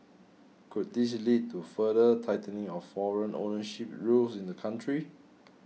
could this lead to further tightening of foreign ownership rules in the country